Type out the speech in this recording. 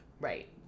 Right